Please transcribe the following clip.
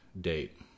date